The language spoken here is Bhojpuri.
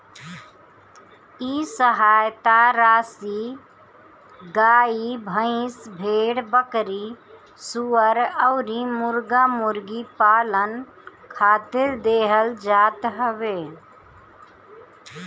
इ सहायता राशी गाई, भईस, भेड़, बकरी, सूअर अउरी मुर्गा मुर्गी पालन खातिर देहल जात हवे